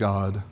God